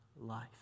life